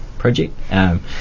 project